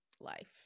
life